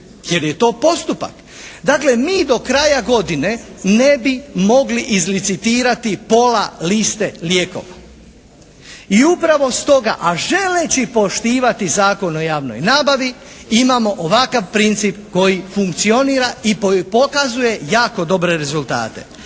jer je to postupak. Dakle, mi do kraja godine ne bi mogli izlicitirati pola liste lijekova i upravo stoga, a želeći poštivati Zakon o javnoj nabavi imamo ovakav princip koji funkcionira i pokazuje jako dobre rezultate.